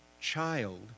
child